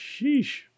Sheesh